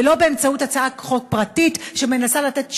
ולא באמצעות הצעת חוק פרטית שמנסה לתת שוויון,